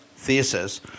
thesis